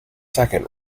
second